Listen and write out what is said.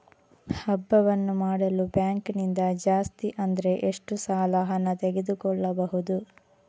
ಹಬ್ಬವನ್ನು ಮಾಡಲು ಬ್ಯಾಂಕ್ ನಿಂದ ಜಾಸ್ತಿ ಅಂದ್ರೆ ಎಷ್ಟು ಸಾಲ ಹಣ ತೆಗೆದುಕೊಳ್ಳಬಹುದು?